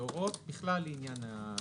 זה הוראת בכלל לעניין.